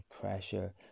pressure